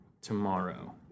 tomorrow